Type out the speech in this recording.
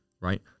right